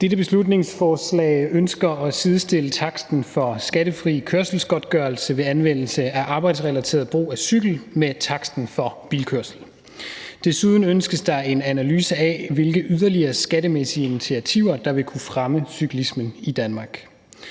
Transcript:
Dette beslutningsforslag ønsker at sidestille taksten for skattefri kørselsgodtgørelse ved anvendelse af arbejdsrelateret brug af cykel med taksten for bilkørsel. Desuden ønskes der en analyse af, hvilke yderligere skattemæssige initiativer der vil kunne fremme cyklismen i Danmark.